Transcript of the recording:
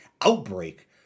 Outbreak